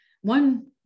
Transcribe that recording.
One